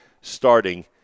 starting